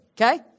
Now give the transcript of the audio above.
okay